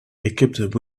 equipped